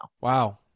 Wow